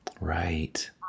Right